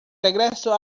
regreso